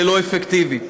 ללא אפקטיבית.